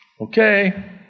Okay